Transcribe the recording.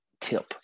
tip